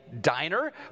diner